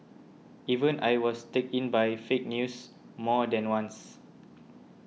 even I was taken in by fake news more than once